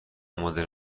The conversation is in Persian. مدل